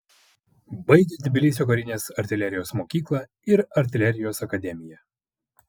baigė tbilisio karinės artilerijos mokyklą ir artilerijos akademiją